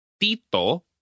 Tito